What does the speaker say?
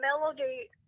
melody